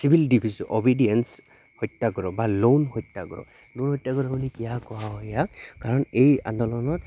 civil disobedience Satyagraha বা লোন সত্যাগ্ৰহ লোন সত্যাগ্ৰহ বুলি কিয় কোৱা হয় ইয়াক কাৰণ এই আন্দোলনত